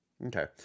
Okay